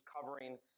covering